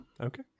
Okay